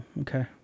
Okay